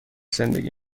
زندگی